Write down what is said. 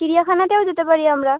চিড়িয়াখানাতেও যেতে পারি আমরা